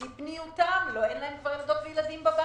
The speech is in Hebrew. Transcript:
בשיא פניותם כבר אין להם ילדים וילדות בבית.